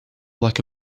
like